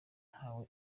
ntawe